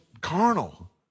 carnal